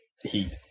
heat